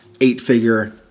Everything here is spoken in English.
eight-figure